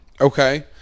Okay